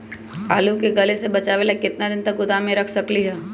आलू के गले से बचाबे ला कितना दिन तक गोदाम में रख सकली ह?